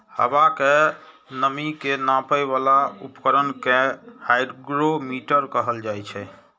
हवा के नमी के नापै बला उपकरण कें हाइग्रोमीटर कहल जाइ छै